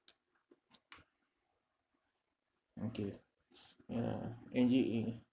okay ya and